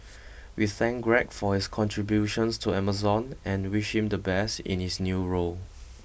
we thank Greg for his contributions to Amazon and wish him the best in his new role